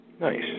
Nice